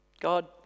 God